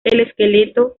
esqueleto